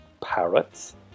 parrots